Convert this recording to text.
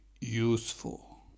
useful